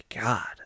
God